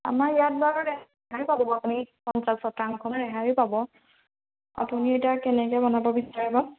আমাৰ ইয়াত বাৰু ৰেহাই পাব আপুনি পঞ্চাছ শতাংখন ৰেহাই পাব আপুনি এতিয়া কেনেকৈ বনাব বিচাৰে বাৰু